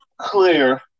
clear